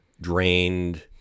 drained